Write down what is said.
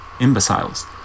Imbeciles